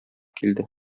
килде